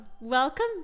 welcome